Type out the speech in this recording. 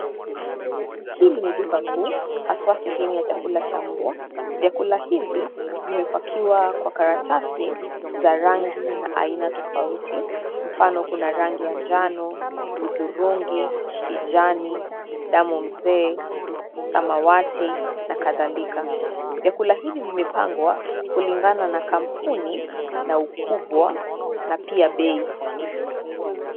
Hili ni duka kuu , haswa sehemu ya chakula cha mbwa. Vyakula hivi vimepakiwa kwa karatasi za rangi na aina tofauti mfano kuna rangi ya njano, hudhurungi ,kijani, damu mzee, samawati na kadhalika. Vyakula hivi vimepangwa kulingana na kampuni na ukubwa na pia bei.